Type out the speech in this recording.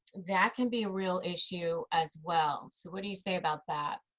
that can be a real issue, as well. so what do you say about that?